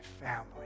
family